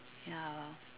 ya